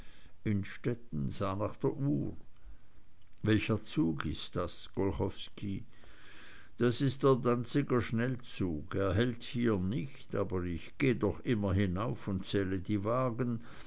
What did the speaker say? nach der uhr welcher zug ist das golchowski das ist der danziger schnellzug er hält hier nicht aber ich gehe doch immer hinauf und zähle die wagen